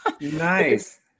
nice